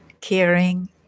caring